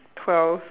twelve